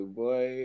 boy